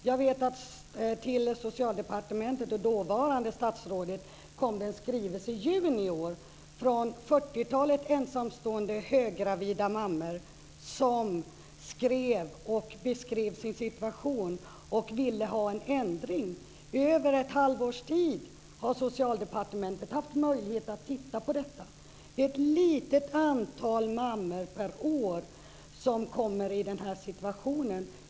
Jag vet att det kom en skrivelse till Socialdepartementet och dåvarande statsrådet i juni i år från 40-talet ensamstående höggravida mammor som beskrev sin situation och ville ha en ändring till stånd. I över ett halvårs tid har Socialdepartementet haft möjlighet att titta på detta. Det är ett litet antal mammor per år som hamnar i den här situationen.